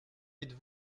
êtes